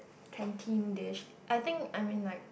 canteen dish I think I mean like